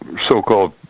so-called